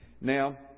Now